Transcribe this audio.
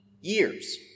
years